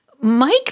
Mike